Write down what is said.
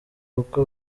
kuko